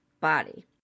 body